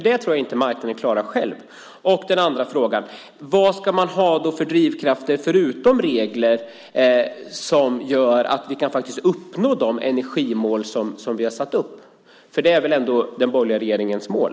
Det tror jag inte att marknaden klarar själv. Min andra fråga blir: Vad ska man ha för drivkrafter förutom regler som gör att vi kan uppnå de energimål som vi har satt upp? Det är väl ändå den borgerliga regeringens mål?